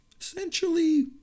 essentially